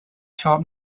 sharp